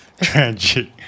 Tragic